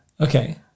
Okay